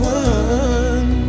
one